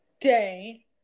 day